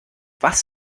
was